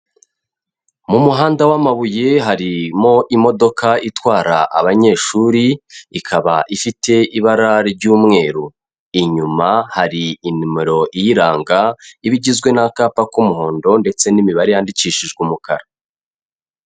Mu muhanda w'amabuye harimo imodoka itwara abanyeshuri ikaba ifite ibara ry'umweru, inyuma hari imimero iyiranga, iba igizwe n'akapa k'umuhondo ndetse n'imibare yandikishijwe umukara.